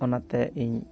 ᱚᱱᱟᱛᱮ ᱤᱧ